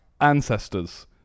ancestors